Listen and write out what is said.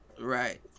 Right